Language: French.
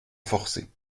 forcer